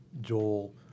Joel